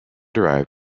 derived